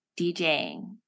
djing